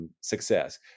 success